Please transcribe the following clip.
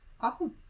awesome